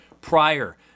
prior